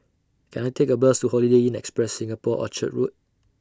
Can I Take A Bus to Holiday Inn Express Singapore Orchard Road